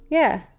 yeah.